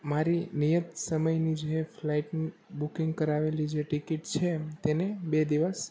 મારી નિયત સમયની જે ફ્લાઇટ બુકિંગ કરાવેલી જે ટિકિટ છે તેને બે દિવસ